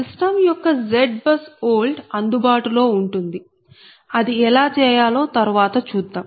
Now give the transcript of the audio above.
system యొక్క ZBUSOLD అందుబాటులో ఉంటుంది అది ఎలా చేయాలో తర్వాత చూద్దాం